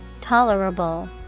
Tolerable